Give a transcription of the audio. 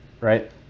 right